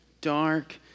Dark